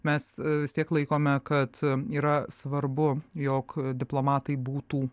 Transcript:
mes vis tiek laikome kad yra svarbu jog diplomatai būtų